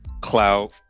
clout